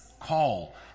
call